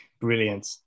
Brilliant